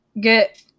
get